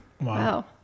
wow